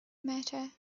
matter